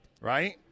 right